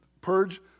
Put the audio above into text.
purge